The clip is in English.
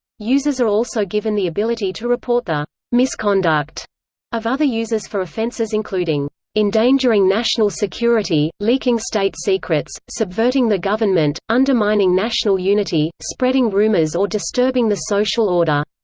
users are also given the ability to report the misconduct of other users for offences including endangering national security, leaking state secrets, subverting the government, undermining national unity, spreading rumors or disturbing the social order.